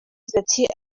yagize